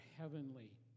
Heavenly